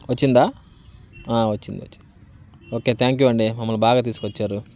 వచ్చిందా వచ్చింది వచ్చింది ఓకే థ్యాంక్ యు అండి మమ్మల్ని బాగా తీసుకొచ్చారు